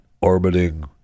orbiting